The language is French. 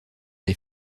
les